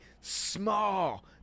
small